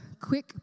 quick